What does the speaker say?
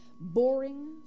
boring